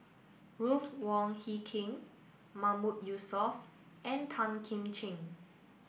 Ruth Wong Hie King Mahmood Yusof and Tan Kim Ching